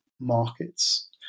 markets